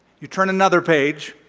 you turn another page,